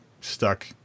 stuck